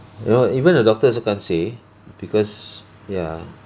you know even the doctor also can't say because ya